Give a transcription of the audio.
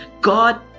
God